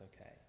okay